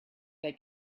they